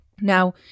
Now